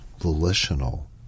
volitional